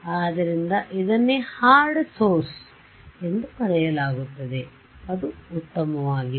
ಆದ್ದರಿಂದ ಇದನ್ನೇ hard source ಎಂದು ಕರೆಯಲಾಗುತ್ತದೆ ಅದು ಉತ್ತಮವಾಗಿದೆ